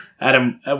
Adam